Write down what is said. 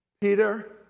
Peter